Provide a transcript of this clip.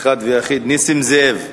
אחד ויחיד, נסים זאב.